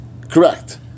correct